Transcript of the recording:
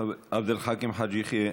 חבר הכנסת עבד אל חכים חאג' יחיא,